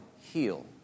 heal